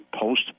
Post